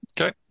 Okay